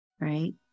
right